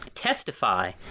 testify